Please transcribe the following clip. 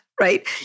right